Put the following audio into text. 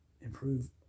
improve